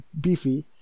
beefy